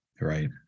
Right